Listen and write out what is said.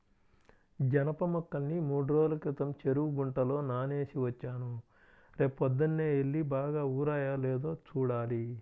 జనప మొక్కల్ని మూడ్రోజుల క్రితం చెరువు గుంటలో నానేసి వచ్చాను, రేపొద్దన్నే యెల్లి బాగా ఊరాయో లేదో చూడాలి